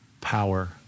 power